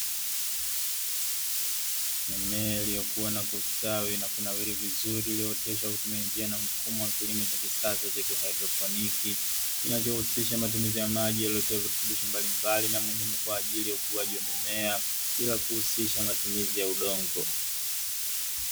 Mimea iliyokua na kustawi na kunawiri vizuri iliyooteshwa kwa kutumia njia na mfumo wa kisasa kilimo cha kisasa cha kihaidroponiki kinachohusisha matumizi ya maji yaliyotiwa virutubisho mbalimbali na muhimu kwa ajili ya ukuaji wa mimea bila kuhusisha matumizi ya udongo.